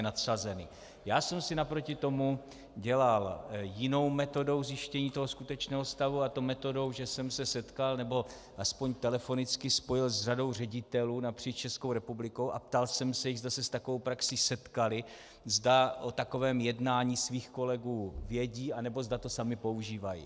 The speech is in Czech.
Já jsem si naproti tomu dělal jinou metodou zjištění skutečného stavu, a to metodou, že jsem se setkal, nebo aspoň telefonicky spojil s řadou ředitelů napříč Českou republikou a ptal jsem se jich, zda se s takovou praxí setkali, zda o takovém jednání svých kolegů vědí nebo zda to sami používají.